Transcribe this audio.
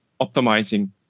optimizing